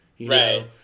Right